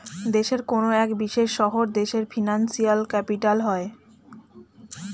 দেশের কোনো এক বিশেষ শহর দেশের ফিনান্সিয়াল ক্যাপিটাল হয়